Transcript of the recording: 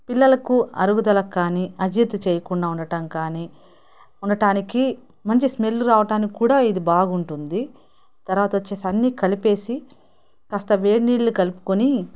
పిల్లలకు అరుగుదల కాని అజీర్తి చేయకుండా ఉండటం కాని ఉండటానికి మంచి స్మెల్ రావడానికి కూడా ఇది బాగుంటుంది తర్వాత వచ్చేసి అన్ని కలిపేసి కాస్త వేడినీళ్ళు కలుపుకొని